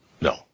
no